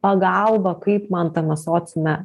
pagalba kaip man tame sociume